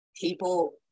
people